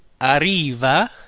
arriva